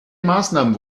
maßnahmen